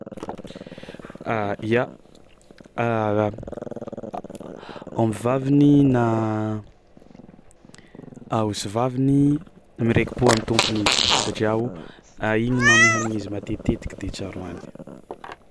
Ya! Aomby vaviny na aosy vaviny; mireki-pô amin'ny tômpiny izy satria o igny magnome hanigny izy matetitetiky de tsaroany.